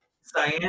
cyan